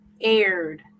aired